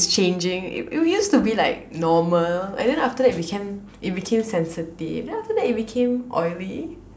it's changing it used to be like normal and then after it became that it became sensitive then after that it became oily